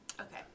Okay